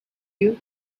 you